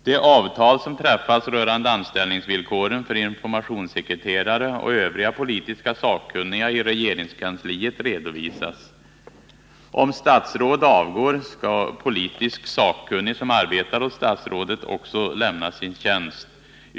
Det avtal som träffats rörande anställningsvillkoren för informationssekreterare och övriga politiska sakkunniga i regeringskansliet redovisas. Om statsråd avgår skall politisk sakkunnig som arbetar åt statsrådet också lämna sin tjänst.